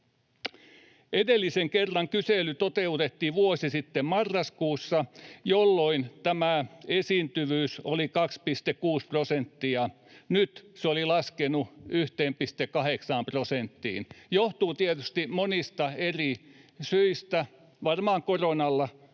Edellisen kerran kysely toteutettiin vuosi sitten marraskuussa, jolloin tämä esiintyvyys oli 2,6 prosenttia. Nyt se oli laskenut 1,8 prosenttiin. Se johtuu tietysti monista eri syistä, varmaan myöskin koronalla